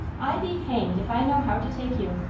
i be hanged if i know how to take you!